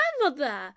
grandmother